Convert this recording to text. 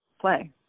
play